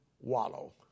wallow